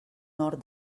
nord